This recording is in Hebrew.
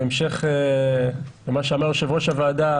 בהמשך למה שאמר יושב ראש הוועדה,